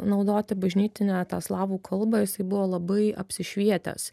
naudoti bažnytinę tą slavų kalbą jisai buvo labai apsišvietęs